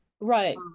right